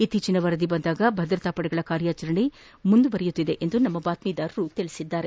ಇತ್ತೀಚಿನ ವರದಿ ಬಂದಾಗ ಭದ್ರತಾಪಡೆಗಳ ಕಾರ್ಯಾಚರಣೆ ಮುಂದುವರಿದಿದೆ ಎಂದು ನಮ್ಮ ಬಾತ್ವೀದಾರರು ವರದಿ ಮಾಡಿದ್ದಾರೆ